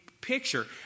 picture